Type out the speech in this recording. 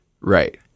Right